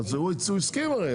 הוא הסכים הרי.